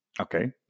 okay